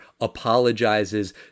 apologizes